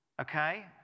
Okay